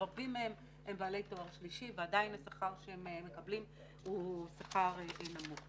רבים מהם הם בעלי תואר שלישי ועדיין השכר שהם מקבלים הוא שכר נמוך.